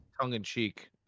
tongue-in-cheek